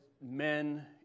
men